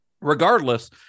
Regardless